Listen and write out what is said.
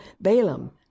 Balaam